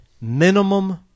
minimum